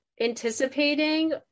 Anticipating